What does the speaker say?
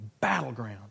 battleground